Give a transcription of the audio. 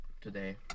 today